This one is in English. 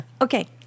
okay